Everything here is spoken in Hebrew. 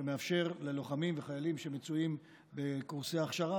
שמאפשר ללוחמים וחיילים שמצויים בקורסי הכשרה